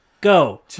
Go